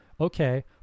okay